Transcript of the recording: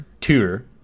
tour